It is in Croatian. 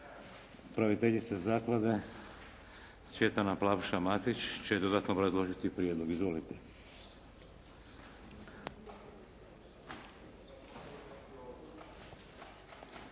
Upraviteljica zaklade Cvjetana Plavša Matić će dodatno obrazložiti prijedlog. Izvolite.